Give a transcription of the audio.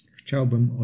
Chciałbym